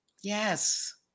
Yes